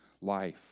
Life